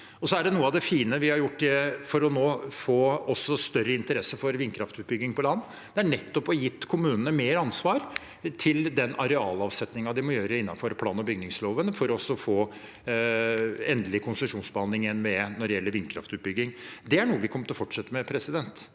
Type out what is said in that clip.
fast. Noe av det fine vi har gjort for å få større interesse for vindkraftutbygging på land, er nettopp å gi kommunene mer ansvar for den arealavsettingen de må gjøre innenfor plan- og bygningsloven, for å få endelig konsesjonsbehandling i NVE når det gjelder vindkraftutbygging. Det er noe vi kommer til å fortsette med. Vi er